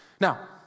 Now